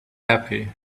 happy